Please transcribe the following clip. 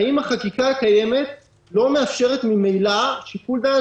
האם החקיקה הקיימת לא מאפשרת ממילא שיקול דעת